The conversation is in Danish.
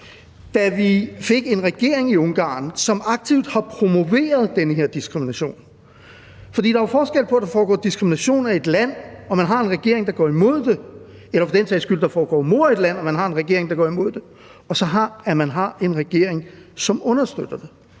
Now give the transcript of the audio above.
da vi fik en regering i Ungarn, som aktivt har promoveret den her diskrimination. For der er jo forskel på, om der foregår diskrimination i et land, og at man har en regering, der går imod det, eller for den sags skyld at der foregår mord i et land, og at man har en regering, der går imod det, eller om man har en regering, som understøtter det.